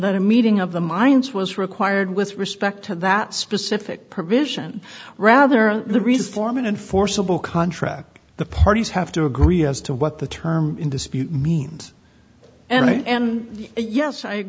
that a meeting of the minds was required with respect to that specific provision rather the reason form an enforceable contract the parties have to agree as to what the term in dispute means and yes i